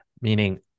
Meaning